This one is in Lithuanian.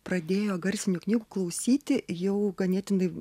pradėjo garsinių knygų klausyti jau ganėtinai